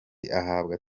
ahabwa